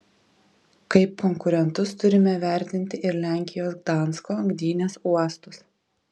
kaip konkurentus turime vertinti ir lenkijos gdansko gdynės uostus